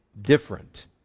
different